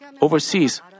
overseas